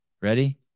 Ready